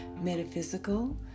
metaphysical